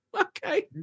okay